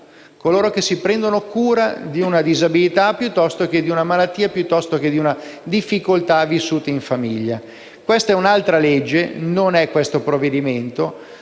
coloro che si prendono cura di una disabilità, piuttosto che di una malattia o di una difficoltà vissuta in famiglia. Un tema che riguarda un'altra legge, e non questo provvedimento,